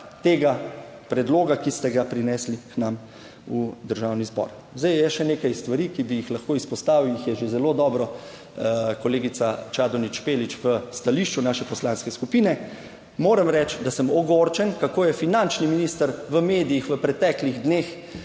tega predloga, ki ste ga prinesli k nam v Državni zbor. Je še nekaj stvari, ki bi jih lahko izpostavil, a jih je že zelo dobro kolegica Čadonič Špelič v stališču naše poslanske skupine. Moram reči, da sem ogorčen, kako je finančni minister v medijih v preteklih dneh